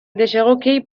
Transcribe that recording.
desegokiei